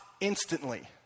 instantly